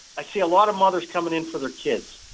i see a lot of mothers coming in for their kids,